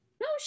No